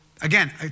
again